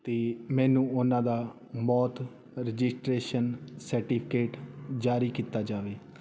ਅਤੇ ਮੈਨੂੰ ਉਹਨਾਂ ਦਾ ਮੌਤ ਰਜਿਸਟਰੇਸ਼ਨ ਸਰਟੀਫਿਕੇਟ ਜਾਰੀ ਕੀਤਾ ਜਾਵੇ